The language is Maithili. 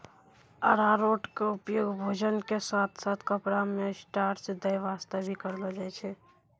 अरारोट के उपयोग भोजन के साथॅ साथॅ कपड़ा मॅ स्टार्च दै वास्तॅ भी करलो जाय छै